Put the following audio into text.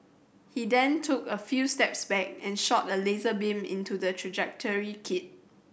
he then took a few steps back and shot a laser beam into the trajectory kit